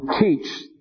teach